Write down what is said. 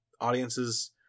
audiences